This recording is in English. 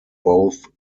both